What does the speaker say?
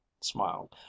smiled